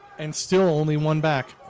and still only one back.